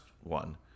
one